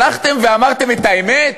הלכתם ואמרתם את האמת?